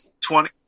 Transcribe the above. twenty